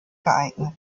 geeignet